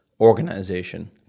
organization